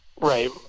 Right